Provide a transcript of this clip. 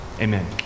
Amen